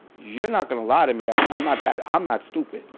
you're not gonna lie to me. i'm not that, i'm not stupid.